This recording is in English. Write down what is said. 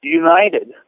united